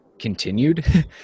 continued